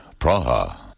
Praha